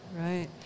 right